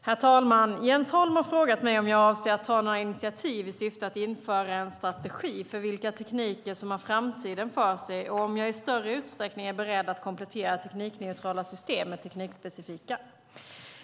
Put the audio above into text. Herr talman! Jens Holm har frågat mig om jag avser att ta några initiativ i syfte att införa en strategi för vilka tekniker som har framtiden för sig och om jag i större utsträckning är beredd att komplettera teknikneutrala system med teknikspecifika.